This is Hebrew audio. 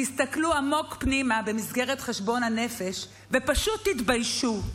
תסתכלו עמוק פנימה במסגרת חשבון הנפש ופשוט תתביישו.